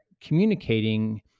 communicating